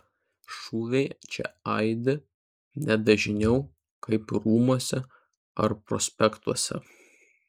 šūviai čia aidi ne dažniau kaip rūmuose ar prospektuose